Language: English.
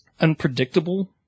unpredictable